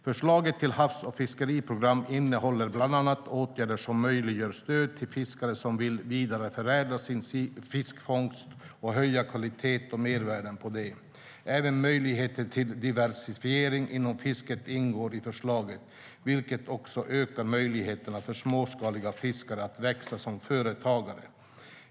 Förslaget till havs och fiskeriprogram innehåller bland annat åtgärder som möjliggör stöd till fiskare som vill vidareförädla sin fiskfångst och höja kvalitet och mervärde på det. Även möjlighet till diversifiering inom fisket ingår i förslaget, vilket också ökar möjligheterna för småskaliga fiskare att växa som företagare.